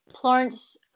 Florence